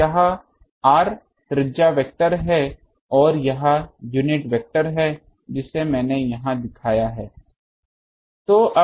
तो यह r त्रिज्या वेक्टर है और यह यूनिट वेक्टर है जिसे मैंने यहां दिखाया है